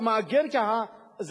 אתה מעגן ככה,